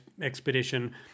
expedition